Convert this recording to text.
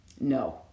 No